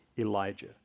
Elijah